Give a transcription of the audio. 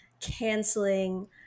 canceling